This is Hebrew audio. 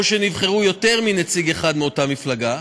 או שנבחרו יותר מנציג אחד מאותה מפלגה,